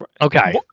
Okay